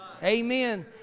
Amen